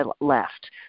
left